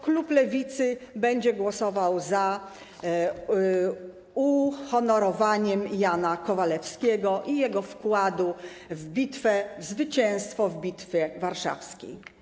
Klub Lewicy będzie głosował za uhonorowaniem Jana Kowalewskiego i jego wkładu w bitwę, w zwycięstwo w Bitwie Warszawskiej.